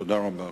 תודה רבה.